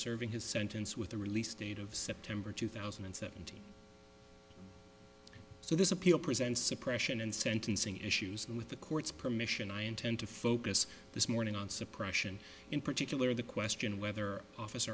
serving his sentence with the release date of september two thousand and seventeen so this appeal presents suppression and sentencing issues and with the court's permission i intend to focus this morning on suppression in particular the question whether office